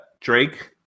Drake